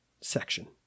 section